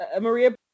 Maria